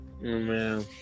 man